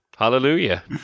Hallelujah